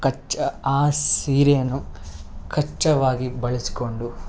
ಕಚ್ಚೆ ಆ ಸೀರೆಯನ್ನು ಕಚ್ಚೆವಾಗಿ ಬಳಸಿಕೊಂಡು